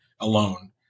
alone